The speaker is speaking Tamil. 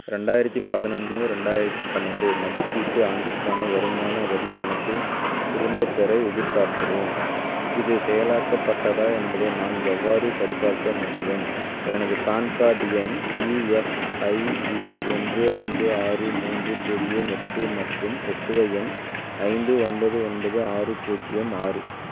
ரெண்டாயிரத்தி பதினொன்று ரெண்டாயிரத்தி பன்னென்டு மதிப்பீட்டு ஆண்டிற்கான வருமான வரிப் பணத்தைத் திரும்பப்பெற எதிர்பார்க்கிறேன் இது செயலாக்கப்பட்டதா என்பதை நான் எவ்வாறு சரிபார்க்க முடியும் எனது பேன் கார்டு எண் இஎஃப்ஐவி ஒன்று ஐந்து ஆறு மூன்று பூஜ்ஜியம் எட்டு மற்றும் ஒப்புகை எண் ஐந்து ஒன்பது ஒன்பது ஆறு பூஜ்ஜியம் ஆறு